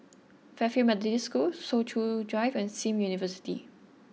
Fairfield Methodist School Soo Chow Drive and Sim University